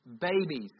Babies